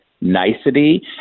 nicety